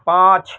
پانچ